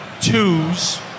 twos